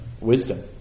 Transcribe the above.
wisdom